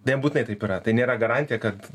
nebūtinai taip yra tai nėra garantija kad